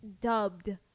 dubbed